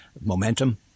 momentum